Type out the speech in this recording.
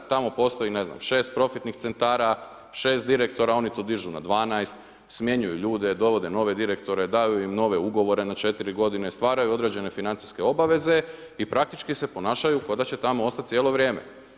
Tamo postoji, ne znam 6 profitnih centara, 6 direktora, oni to dižu na 12, smjenjuju ljude, dovode nove direktore, daju im nove ugovore na 4 godine, stvaraju određen financijske obaveze i praktički se ponašaju kao da će tamo ostati cijelo vrijeme.